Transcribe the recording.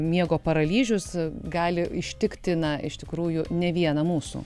miego paralyžius gali ištikti na iš tikrųjų ne vieną mūsų